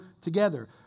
together